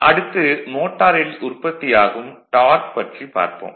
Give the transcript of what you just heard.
அடுத்து மோட்டாரில் உற்பத்தியாகும் டார்க் பற்றி பார்ப்போம்